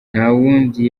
ntawundi